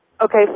Okay